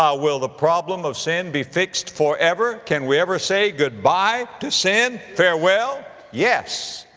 um will the problem of sin be fixed forever? can we ever say goodbye to sin, farewell? yes.